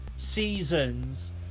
seasons